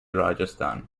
rajasthan